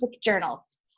journals